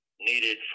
needed